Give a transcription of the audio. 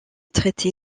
traité